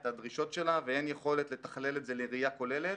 את הדרישות שלה ואין יכולת לתכלל את זה לראיה כוללת,